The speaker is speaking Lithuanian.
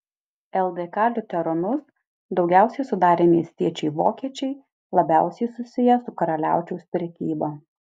ldk liuteronus daugiausiai sudarė miestiečiai vokiečiai labiausiai susiję su karaliaučiaus prekyba